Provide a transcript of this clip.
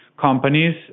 companies